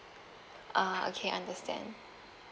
ah okay understand